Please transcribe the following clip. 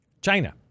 China